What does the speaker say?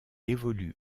évolue